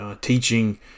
teaching